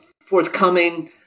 forthcoming